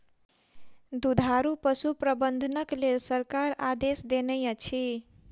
दुधारू पशु प्रबंधनक लेल सरकार आदेश देनै अछि